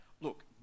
look